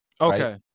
Okay